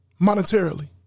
monetarily